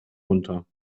runter